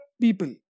people